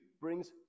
brings